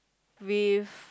with